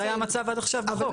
זה היה המצב עד עכשיו בחוק.